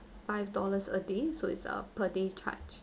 five dollars a day so it's a per day charge